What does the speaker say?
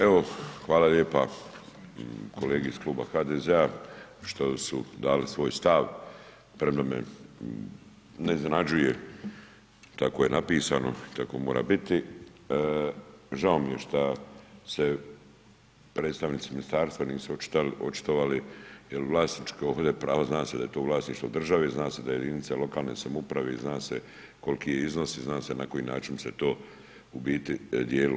Evo, hvala lijepa kolegi iz Kluba HDZ-a što su dali svoj stav premda me ne iznenađuje, tako je napisano i tako mora biti, žao mi je šta se predstavnici ministarstva nisu očitovali jer vlasničko ovde pravo zna se da je to vlasništvo države, zna se da je jedinica lokalne samouprave, zna se koliki je iznos i zna se na koji način se to u biti dijelilo.